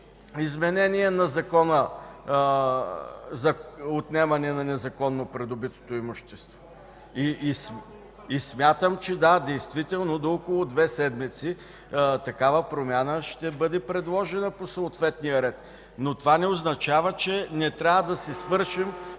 за отнемане на незаконно придобито имущество и смятам, че до около две седмици такава промяна ще бъде предложена по съответния ред. Но това не означава, че не трябва да си свършим